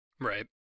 Right